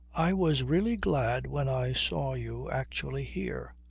i was really glad when i saw you actually here.